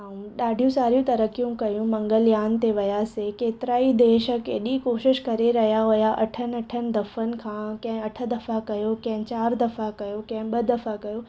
ऐं ॾाढी सारियूं तरक़ियूं कयूं मंगलयान ते वियासीं केतिरा ई देश केॾी कोशिशि करे रहिया हुया अठनि अठनि दफ़नि खां कंहिं अठि दफ़ा कयो कंहिं चार दफ़ा कयो के ॿ दफ़ा कयो